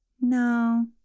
No